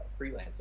freelancer